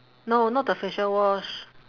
no not the facial wash